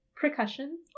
percussion